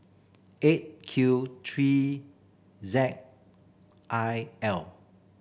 Eight Q three Z I L